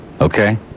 Okay